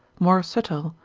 more subtile,